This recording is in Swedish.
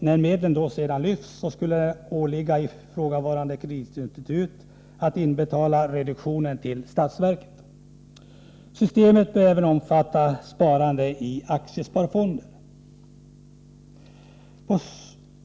När medlen sedan lyfts, skall det åligga ifrågavarande kreditinstitut att inbetala reduktionen till statsverket. Systemet bör även omfatta sparande i aktiesparfonder.